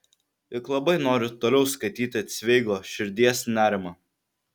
juk labai noriu toliau skaityti cveigo širdies nerimą